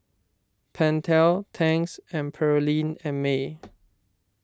Pentel Tangs and Perllini and Mel